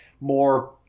more